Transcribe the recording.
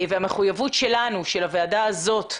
המחויבות שלנו, של הוועדה הזאת,